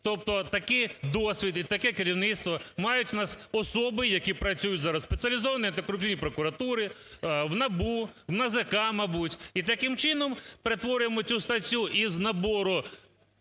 тобто такий досвід і таке керівництво мають в нас особи, які працюють зараз в спеціалізованій антикорупційній прокуратурі, в НАБУ, в НАЗК, мабуть. І таким чином перетворюємо цю статтю із набору